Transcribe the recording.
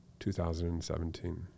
2017